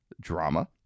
Drama